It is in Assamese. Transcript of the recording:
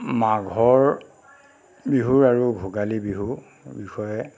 মাঘৰ বিহু আৰু ভোগালী বিহুৰ বিষয়ে